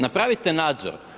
Napravite nadzor.